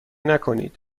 نکنید